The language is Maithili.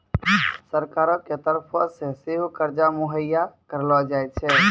सरकारो के तरफो से सेहो कर्जा मुहैय्या करलो जाय छै